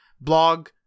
blog